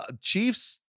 Chiefs